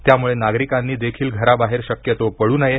त्यामुळे नागरिकांनी देखील घराबाहेर शक्यतो पडू नये